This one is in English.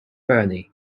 bernie